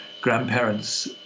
grandparents